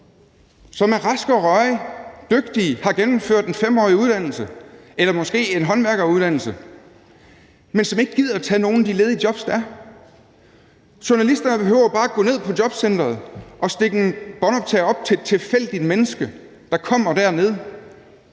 som er raske og rørige, dygtige, har gennemført en 5-årig uddannelse eller måske en håndværkeruddannelse, men som ikke gider tage nogen af de ledige jobs, der er. Journalisterne behøver bare gå ned på jobcenteret og stikke en båndoptager op til et tilfældigt menneske, der kommer dernede,